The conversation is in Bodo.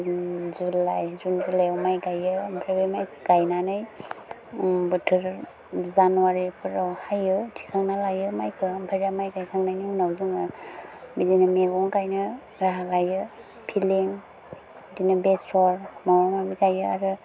जुन जुलाइ आव माय गायो आमफ्राय बे माय गायनानै बोथोर जानुवारीफ्राव हायो थिखांना लायो मायखौ ओमफ्राय दा माय गायखांनायनि उनाव जोङो बिदिनो मैगं गायनो राहा लायो फिलिं बिदिनो बेसर माबा माबि गायो आरो